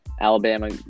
Alabama